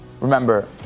Remember